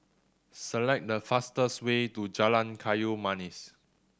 select the fastest way to Jalan Kayu Manis